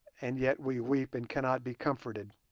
and yet we weep and cannot be comforted.